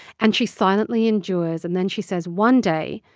and she silently endures. and then, she says, one day,